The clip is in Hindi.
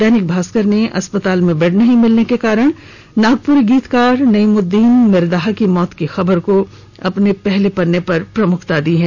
दैनिक भास्कर ने अस्पताल में बेड नहीं मिलने के कारण नागपुरी गीतकार नईमुददीन मिरदाहा की मौत की खबर को अपने पहले पन्ने पर प्रमुखता से प्रकाशित किया है